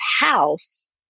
house